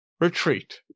Retreat